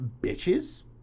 bitches